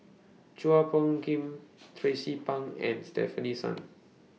Chua Phung Kim Tracie Pang and Stefanie Sun